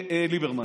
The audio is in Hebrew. ליברמן.